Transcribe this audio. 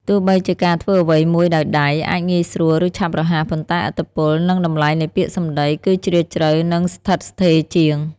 ទោះបីជាការធ្វើអ្វីមួយដោយដៃ អាចងាយស្រួល ឬឆាប់រហ័ស ប៉ុន្តែ ឥទ្ធិពល និងតម្លៃនៃពាក្យសម្ដី គឺជ្រាលជ្រៅ និងស្ថិតស្ថេរជាង។